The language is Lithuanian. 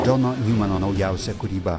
džono njumano naujausia kūryba